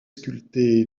sculpté